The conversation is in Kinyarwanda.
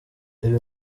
uyu